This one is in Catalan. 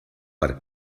per